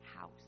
house